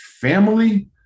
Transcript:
Family